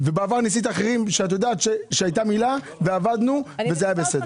בעבר ניסית אחרים ואת יודעת שהייתה מילה ועבדנו וזה היה בסדר.